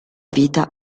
vita